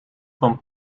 van